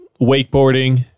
wakeboarding